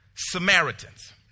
Samaritans